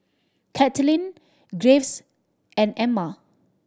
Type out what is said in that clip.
Katlin Graves and Emma